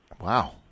Wow